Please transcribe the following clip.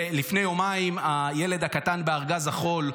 לפני יומיים הילד הקטן בארגז החול,